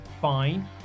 fine